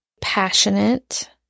passionate